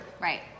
Right